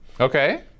Okay